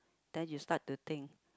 then you start to think